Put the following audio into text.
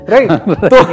Right